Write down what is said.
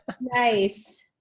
nice